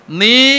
ni